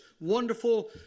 wonderful